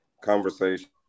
conversation